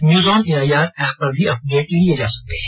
news on AIR app पर भी update लिए जा सकते हैं